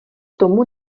tomu